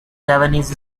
javanese